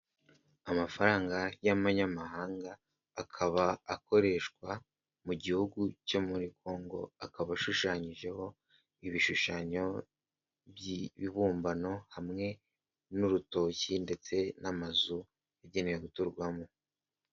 Amafaranga y'amanyamahanga akaba akoreshwa mu gihugu cyo muri Congo akaba ashushanyijeho ibishushanyo by'ibibumbano hamwe n'urutoki ndetse n'amazu yagenewe guturwamo.